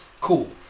Cool